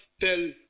tell